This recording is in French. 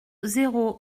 zéro